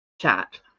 chat